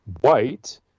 white